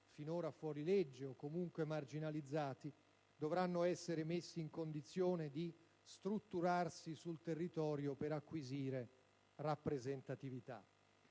finora fuorilegge o comunque marginalizzati, dovranno essere messi in condizione di strutturarsi sul territorio per acquisire rappresentatività.